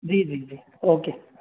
जी जी जी ओके